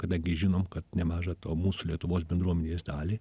kadangi žinom kad nemažą to mūsų lietuvos bendruomenės dalį